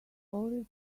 already